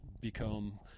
become